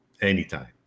anytime